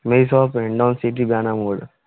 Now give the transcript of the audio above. मेरी shop Hindaun city Bayana मोड़